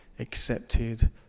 accepted